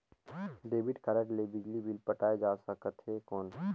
Debit card ले बिजली bill पटाय जा सकथे कौन?